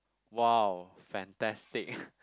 !wow! fantastic